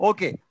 Okay